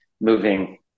moving